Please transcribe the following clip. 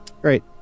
Great